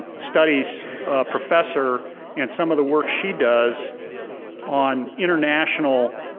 studies professor and some of the work she does on international